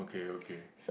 okay okay